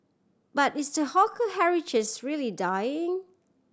but is the hawker heritages really dying